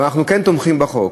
אבל אנחנו כן תומכים בחוק.